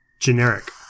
generic